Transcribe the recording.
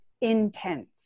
intense